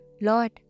Lord